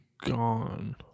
Gone